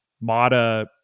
Mata